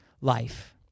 life